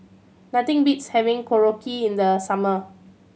nothing beats having Korokke in the summer